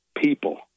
people